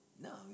No